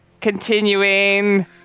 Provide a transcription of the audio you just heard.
continuing